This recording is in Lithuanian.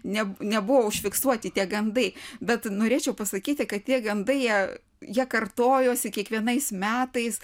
ne nebuvo užfiksuoti tie gandai bet norėčiau pasakyti kad tie gandai jie jie kartojosi kiekvienais metais